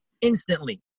instantly